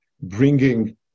bringing